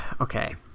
okay